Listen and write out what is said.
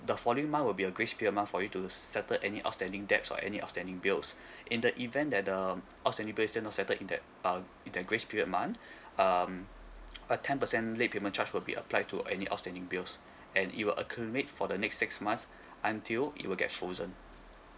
the following month will be a grace period month for you to settle any outstanding debts or any outstanding bills in the event that um outstanding bill still not settle in that uh in that grace period month um a ten percent late payment charge will be applied to any outstanding bills and it will accumulate for the next six months until it will get frozen